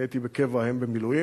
אני הייתי בקבע והם במילואים,